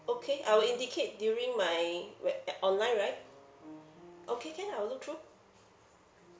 okay I will indicate during my we~ ya online right okay can I will look through